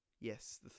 yes